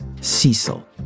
Cecil